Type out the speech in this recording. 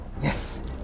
Yes